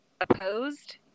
opposed